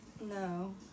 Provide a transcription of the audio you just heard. no